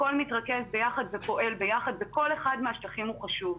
הכל מתרכז ביחד ופועל ביחד וכל אחד מהשטחים הוא חשוב,